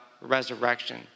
resurrection